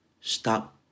stop